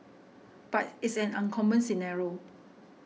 but it's an uncommon scenario